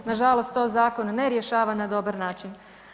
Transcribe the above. Na žalost to zakon ne rješava na dobar način.